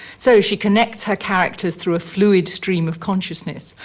so she connects her characters through a fluid stream of consciousness.